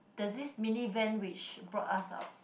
there's this mini van which brought us out